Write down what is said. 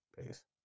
Peace